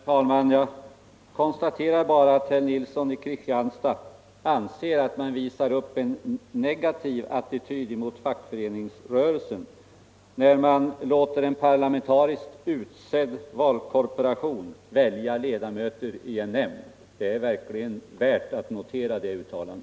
Herr talman! Jag konstaterar bara att herr Nilsson i Kristianstad anser att man visar upp en negativ attityd mot fackföreningsrörelsen, när man vill låta en parlamentariskt utsedd valkorporation välja ledamöter i en nämnd. Det är verkligen värt att notera ett sådant uttalande.